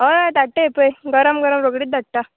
हय हय धाडटा हीबय पय गरम गरम रोकडीत धाडटा